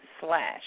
slash